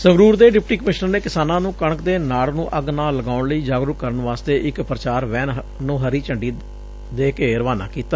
ਸੰਗਰੂਰ ਦੇ deputy commissioner ਨੇ ਕਿਸਾਨਾਂ ਨੂੰ ਕਣਕ ਦੇ ਨਾੜ ਨੂੰ ਅੱਗ ਨਾ ਲਗਾਉਣ ਲਈ ਜਾਗਰੂਕ ਕਰਨ ਵਾਸਤੇ ਇਕ ਪ੍ਰਚਾਰ ਵੈਨ ਨੂੰ ਹਰੀ ਝੰਡੀ ਦੇ ਕੇ ਰਵਾਨਾ ਕੀਤਾ